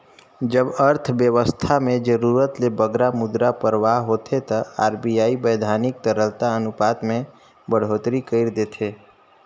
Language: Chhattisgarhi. जब अर्थबेवस्था में जरूरत ले बगरा मुद्रा परवाह होथे ता आर.बी.आई बैधानिक तरलता अनुपात में बड़होत्तरी कइर देथे